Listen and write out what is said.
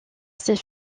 ses